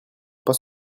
pas